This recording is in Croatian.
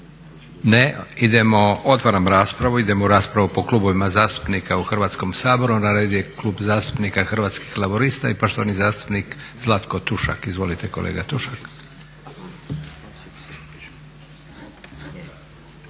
Idemo u raspravu po klubovima zastupnika u Hrvatskom saboru. Na redu je Klub zastupnika Hrvatskih laburista i poštovani zastupnik Zlatko Tušak. Izvolite kolega Tušak.